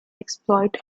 exploit